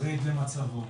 חרד למצבו